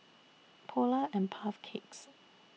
Polar and Puff Cakes